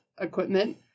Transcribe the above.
equipment